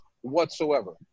whatsoever